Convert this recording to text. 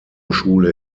schule